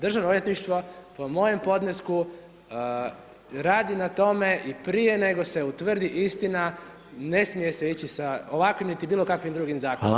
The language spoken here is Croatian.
Državno odvjetništvu, po mojem podnesku radi na tome i prije nego se utvrdi istina, ne smije se ići sa ovakvim niti bilo kakvim drugim zakonima.